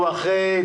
החוק?